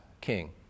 king